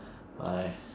my